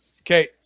okay